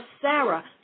Sarah